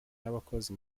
n’abakozi